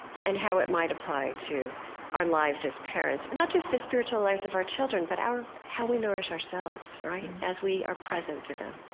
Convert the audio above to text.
and how it might apply to our lives as parents. not just the spiritual lives of our children but how we nourish ourselves, right, as we are present to them